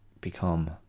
become